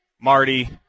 Marty